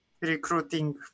Recruiting